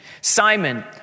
Simon